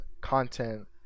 content